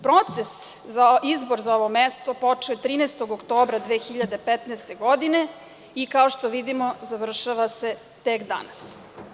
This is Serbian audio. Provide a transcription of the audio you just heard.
Proces za izbor za ovo mesto počeo je 13. oktobra 2015. godine i, kao što vidimo, završava se tek danas.